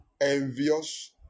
envious